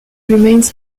remains